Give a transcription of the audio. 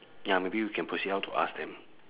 ya maybe we can proceed out to ask them